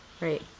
Right